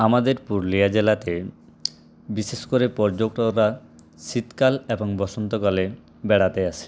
আমাদের পুরলিয়া জেলাতে বিশেষ করে পর্যটকরা শীতকাল এবং বসন্তকালে বেড়াতে আসে